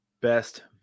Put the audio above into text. best